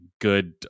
good